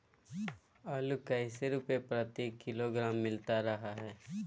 आलू कैसे रुपए प्रति किलोग्राम मिलता रहा है?